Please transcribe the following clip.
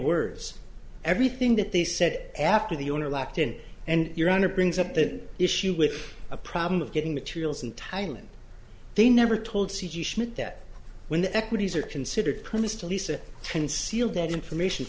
words everything that they said after the owner locked in and your honor brings up that issue with a problem of getting materials in thailand they never told c g schmidt that when the equities are considered crystalise it concealed that information